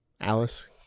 Alice